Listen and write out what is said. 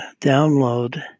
download